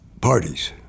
parties